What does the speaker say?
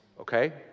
okay